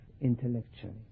intellectually